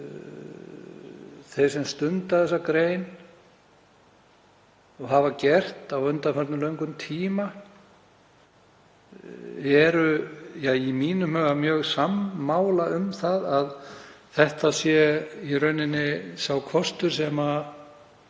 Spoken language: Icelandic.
Þeir sem stunda þessa grein og hafa gert á undanförnum löngum tíma eru í mínum huga mjög sammála um að þetta sé í rauninni sá kostur sem sé